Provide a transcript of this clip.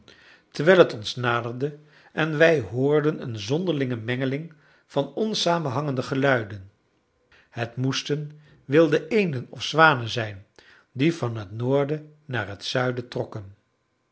terwijl het ons naderde en wij hoorden een zonderlinge mengeling van onsamenstemmende geluiden het moesten wilde eenden of zwanen zijn die van het noorden naar het zuiden trokken